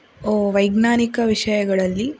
ವೈಜ್ಞಾನಿಕ ವಿಷಯಗಳಲ್ಲಿ